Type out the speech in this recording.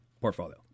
portfolio